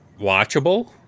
Watchable